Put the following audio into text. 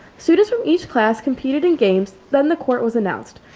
students from each class competed in games then the court was announced.